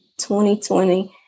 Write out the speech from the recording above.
2020